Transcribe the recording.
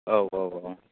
औ औ औ